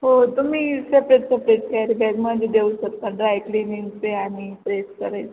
हो तुम्ही separate separate carry bag मध्ये देऊ शकता ड्राय क्लीनिंगचे आणि प्र्रेश करायचे